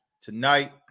tonight